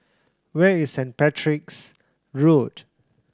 where is Saint Patrick's Road